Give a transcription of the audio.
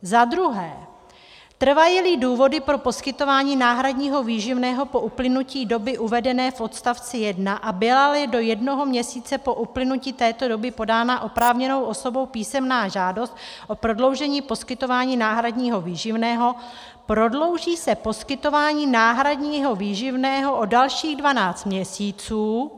Zadruhé trvajíli důvody pro poskytování náhradního výživného po uplynutí doby uvedené v odstavci 1 a bylali do jednoho měsíce po uplynutí této doby podána oprávněnou osobou písemná žádost o prodloužení poskytování náhradního výživného, prodlouží se poskytování náhradního výživného o dalších 12 měsíců;